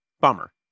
Bummer